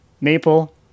maple